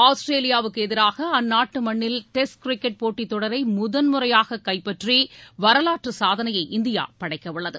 ஆஸ்திரேலியாவுக்கு எதிராக அந்நாட்டு மண்ணில் டெஸ்ட் கிரிக்கெட் போட்டித் தொடரை முதன்முறையாக கைப்பற்றி வரலாற்று சாதனையை இந்தியா படைக்கவுள்ளது